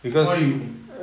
what do you mean